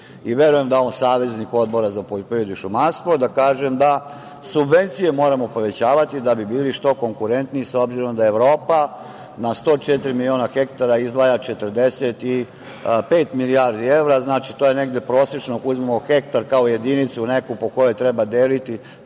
i verujem da je on saveznik Odbora za poljoprivredu i šumarstvo, da kažem da subvencije moramo povećavati da bi bili što konkurentniji, s obzirom da Evropa na 104 miliona hektara izdvaja 45 milijardi evra. Znači, to je negde prosečno ako uzmemo hektar kao jedinicu neku po kojoj treba deliti